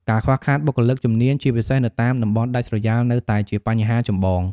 ការខ្វះខាតបុគ្គលិកជំនាញ ជាពិសេសនៅតាមតំបន់ដាច់ស្រយាលនៅតែជាបញ្ហាចម្បង។